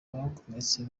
abakomeretse